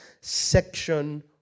section